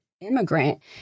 immigrant